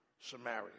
Samaria